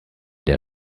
der